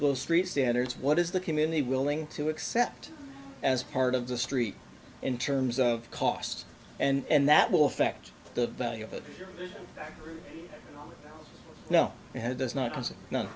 those street standards what is the community willing to accept as part of the street in terms of cost and that will affect the value of it now does not